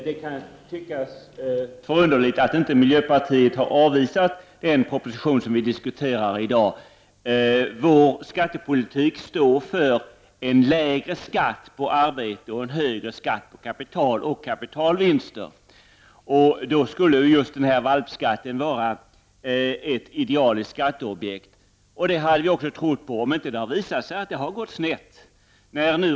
Herr talman! Det kan tyckas underligt att inte miljöpartiet har avvisat den proposition som vi diskuterar i dag. Vår skattepolitik står för en lägre skatt på arbete och en högre skatt på kapital och kapitalvinster. Denna valpskatt skulle då vara ett idealiskt skatteobjekt, och det skulle vi också ha trott på om det inte hade visat sig att det har gått snett.